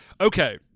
Okay